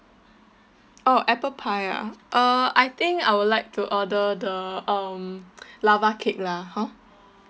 oh apple pie ah uh I think I would like to order the um lava cake lah hor